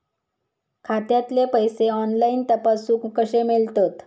खात्यातले पैसे ऑनलाइन तपासुक कशे मेलतत?